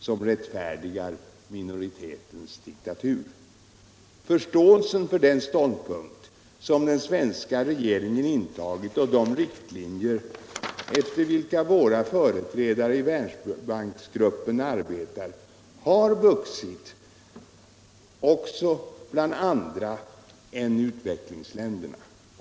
som rättfärdigar minoritetens diktatur. Förståelsen för den ståndpunkt som den svenska regeringen har intagit och de riktlinjer efter vilka våra företrädare i Världsbanksgruppen arbetar har vuxit också bland andra än utvecklingsländerna.